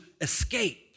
escape